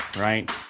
right